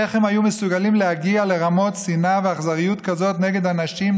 איך הם היו מסוגלים להגיע לרמות שנאה ואכזריות כאלה נגד אנשים,